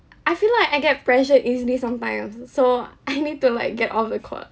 I feel like I get pressured easily sometimes so I need to like get off the call